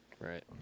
Right